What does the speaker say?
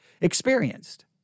Experienced